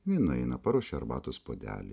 jinai nueina paruošia arbatos puodelį